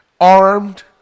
Armed